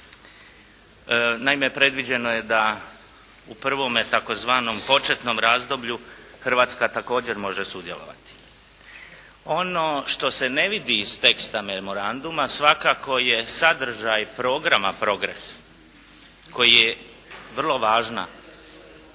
Naime, predviđeno je da u prvome tzv. početnom razdoblju Hrvatska također može sudjelovati. Ono što se ne vidi iz teksta memoranduma svakako je sadržaj programa PROGRESS koji je vrlo važna